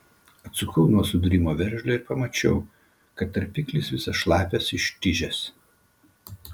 atsukau nuo sudūrimo veržlę ir pamačiau kad tarpiklis visas šlapias ištižęs